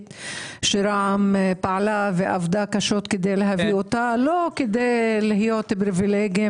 שרע"מ פעלה ועבדה קשות כדי להביא אותה לא כדי להיות פריבילגיים